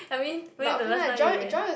I mean when's the last time you ran